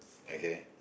okay